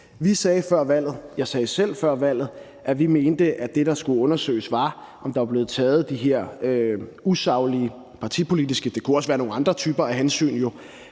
selv før valget, at vi mente, at det, der skulle undersøges, var, om der var blevet taget de her usaglige partipolitiske hensyn – det kunne jo også være nogle andre typer af hensyn –